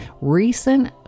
Recent